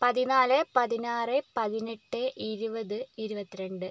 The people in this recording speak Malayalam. പതിനാല് പതിനാറ് പതിനെട്ട് ഇരുപത് ഇരുപത്തി രണ്ട്